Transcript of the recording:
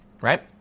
right